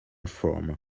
form